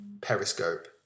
Periscope